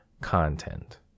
content